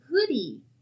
hoodie